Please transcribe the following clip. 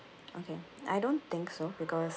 okay I don't think so because